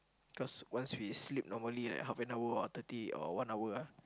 cause once we sleep normally right half an hour or thirty or one hour ah